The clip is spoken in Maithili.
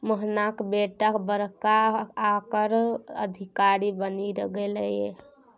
मोहनाक बेटा बड़का आयकर अधिकारी बनि गेलाह